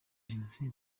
jenoside